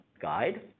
guide